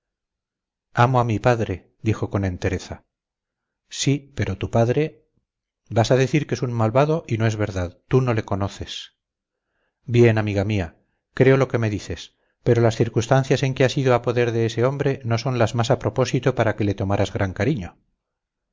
amo ami padre dijo con entereza sí pero tu padre vas a decir que es un malvado y no es verdad tú no le conoces bien amiga mía creo lo que me dices pero las circunstancias en que has ido a poder de ese hombre no son las más a propósito para que le tomaras gran cariño